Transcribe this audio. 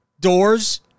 doors